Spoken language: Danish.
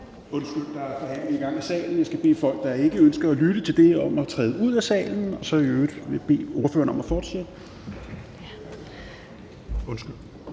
Undskyld, der er en forhandling i gang i salen. Jeg skal bede folk, der ikke ønsker at lytte, om at træde ud af salen, og så vil jeg i øvrigt bede ordføreren om at fortsætte – undskyld.